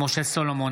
משה סולומון,